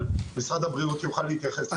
אבל משרד הבריאות יוכל להתייחס לזה.